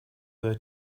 their